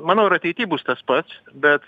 manau ir ateity bus tas pats bet